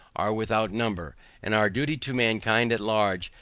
are without number and our duty to mankind at large,